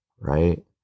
right